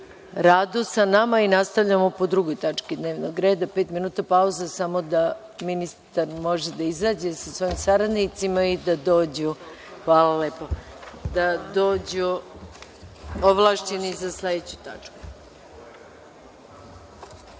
radu sa nama. Sada nastavljamo po 2. tački dnevnog reda. Pet minuta pauze samo da ministar može da izađe sa svojim saradnicima i da dođu ovlašćeni za sledeću tačku.(Posle